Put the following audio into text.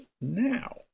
now